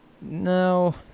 no